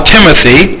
Timothy